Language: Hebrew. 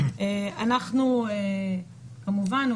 כמובן,